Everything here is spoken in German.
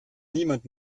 niemand